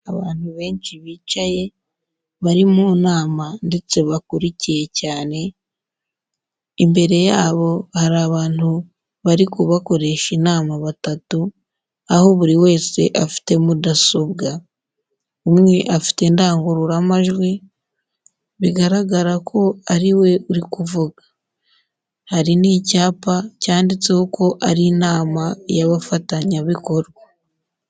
Abantu benshi bicaye bari mu nama ndetse bakurikiye cyane, imbere yabo hari abantu bari kubakoresha inama batatu, aho buri wese afite mudasobwa. Umwe afite indangururamajwi, bigaragara ko ari we uri kuvuga, hari n'icyapa cyanditseho ko ari inama y'abafatanyabikorwa.